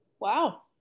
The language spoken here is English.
Wow